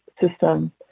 system